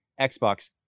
Xbox